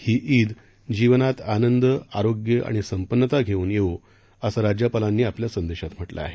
ही ईद जीवनात आनंद आरोग्य आणि संपन्नता घेऊन येवो सं राज्यपालांनी आपल्या संदेशात म्हटले आहे